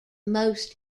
most